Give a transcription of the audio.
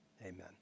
Amen